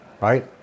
right